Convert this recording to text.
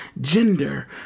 gender